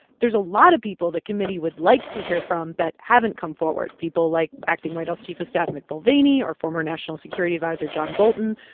there's a lot of people the committee would like to hear from that haven't come forward people like acting white house chief of staff mick mulvaney or former national security adviser john bolton.